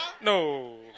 no